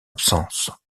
absence